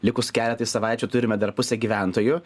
likus keletai savaičių turime dar pusę gyventojų